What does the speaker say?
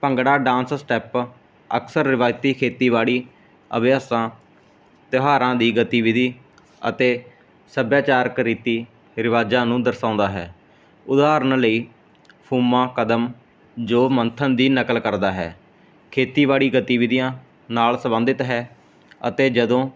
bhangra dance step ਅਕਸਰ ਰਵਾਇਤੀ ਖੇਤੀਬਾੜੀ ਅਭਿਆਸਾਂ ਤਿਉਹਾਰਾਂ ਦੀ ਗਤੀਵਿਧੀ ਅਤੇ ਸੱਭਿਆਚਾਰਕ ਰੀਤੀ ਰਿਵਾਜ਼ਾਂ ਨੂੰ ਦਰਸਾਉਂਦਾ ਹੈ ਉਦਾਹਰਣ ਲਈ ਫੂਮਾ ਕਦਮ ਜੋ ਮੰਥਨ ਦੀ ਨਕਲ ਕਰਦਾ ਹੈ ਖੇਤੀਬਾੜੀ ਗਤੀਵਿਧੀਆਂ ਨਾਲ ਸੰਬੰਧਿਤ ਹੈ ਅਤੇ ਜਦੋਂ